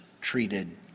treated